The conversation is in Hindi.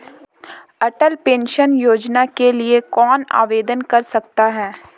अटल पेंशन योजना के लिए कौन आवेदन कर सकता है?